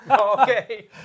okay